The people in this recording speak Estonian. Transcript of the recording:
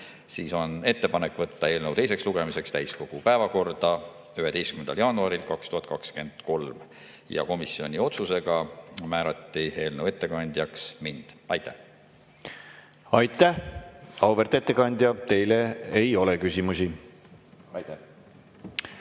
siis on ettepanek võtta eelnõu teiseks lugemiseks täiskogu päevakorda 11. jaanuaril 2023. Komisjoni otsusega määrati eelnõu ettekandjaks mind. Aitäh! Aitäh, auväärt ettekandja! Teile ei ole küsimusi. Aitäh,